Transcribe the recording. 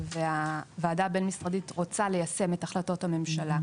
והוועדה הבין משרדית רוצה ליישם את החלטות הממשלה,